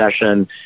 session